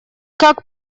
как